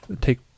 take